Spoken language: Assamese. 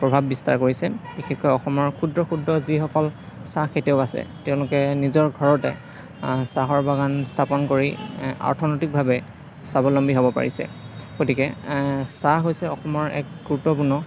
প্ৰভাৱ বিস্তাৰ কৰিছে বিশেষকৈ অসমৰ ক্ষুদ্ৰ ক্ষুদ্ৰ যিসকল চাহ খেতিয়ক আছে তেওঁলোকে নিজৰ ঘৰতে তেওঁলোকে চাহৰ বাগান স্থাপন কৰি অৰ্থনীতিকভাৱে স্বাৱলম্বী হ'ব পাৰিছে গতিকে চাহ হৈছে অসমৰ এক গুৰুত্বপূৰ্ণ